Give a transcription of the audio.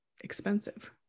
expensive